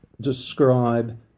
describe